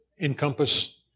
encompass